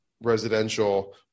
residential